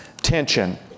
tension